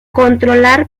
controlar